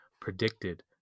predicted